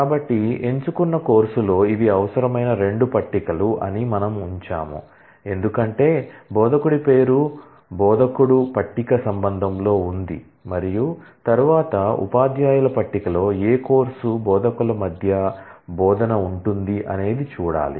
కాబట్టి ఎంచుకున్న కోర్సులో ఇవి అవసరమైన 2 పట్టికలు అని మనము ఉంచాము ఎందుకంటే బోధకుడి పేరు బోధకుడు పట్టిక రిలేషన్ లో ఉంది మరియు తరువాత ఉపాధ్యాయుల పట్టికలో ఏ కోర్సు బోధకుల మధ్య బోధన ఉంటుంది అనేది చూడాలి